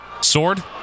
Sword